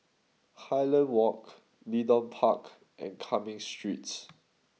Highland Walk Leedon Park and Cumming Street